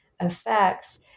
effects